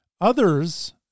Others